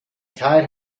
tied